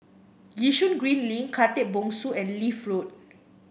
Yishun Green Link Khatib Bongsu and Leith Road